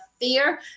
fear